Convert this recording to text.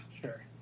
Sure